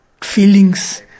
feelings